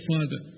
Father